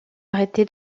arrêté